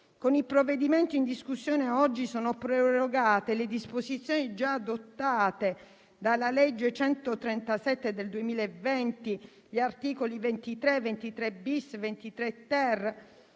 Con il provvedimento in discussione oggi sono prorogate le disposizioni già adottate dalla legge n. 137 del 2020 (articoli 23, 23-*bis* e